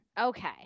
Okay